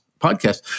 podcast